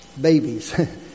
babies